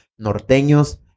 norteños